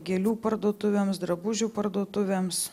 gėlių parduotuvėms drabužių parduotuvėms